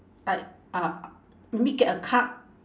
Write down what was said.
like uh maybe get a card